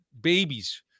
babies